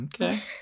Okay